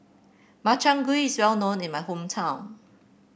Makchang Gui is well known in my hometown